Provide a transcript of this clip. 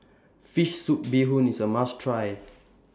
Fish Soup Bee Hoon IS A must Try